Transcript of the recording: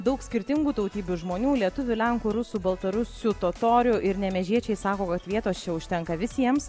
daug skirtingų tautybių žmonių lietuvių lenkų rusų baltarusių totorių ir nemėžiečiai sako kad vietos čia užtenka visiems